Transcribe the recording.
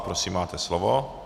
Prosím, máte slovo.